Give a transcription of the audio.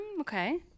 Okay